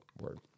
word